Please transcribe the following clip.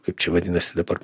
kaip čia vadinasi dabar